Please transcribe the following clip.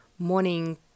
morning